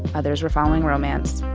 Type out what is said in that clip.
others were following romance.